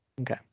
okay